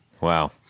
Wow